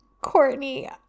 Courtney